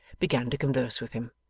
began to converse with him.